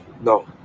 No